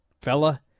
fella